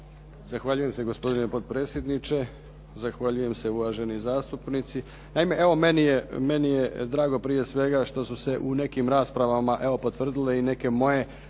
Zahvaljujem se gospodine potpredsjedniče, zahvaljujem se uvaženi zastupnici. Naime, evo meni je drago prije svega što su se u nekim raspravama, evo potvrdile i neke moje